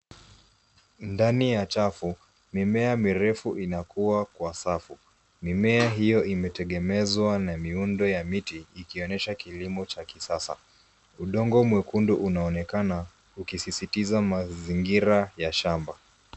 Ndani ya chafu. Mimea mirefu inakua kwa rsfu. Mimea hiyo imetegemezwa na miundo ya miti, ikionyesha kilimo cha kisasa. Udongo mwekundu unaonekana, ukisisitiza mazingira ya shamba.